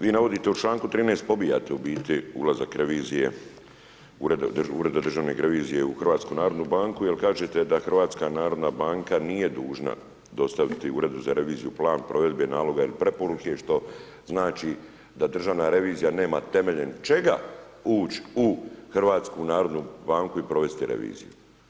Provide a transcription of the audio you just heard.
Vi navodite u čl. 13., pobijate u biti ulazak revizije, Urede državnih revizija u HNB jer kažete da HNB nije dužna dostaviti Uredu za reviziju Plan provedbe naloga ili preporuke, što znači da Državna revizija nema temeljem čega uć u HNB i provesti reviziju.